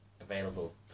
available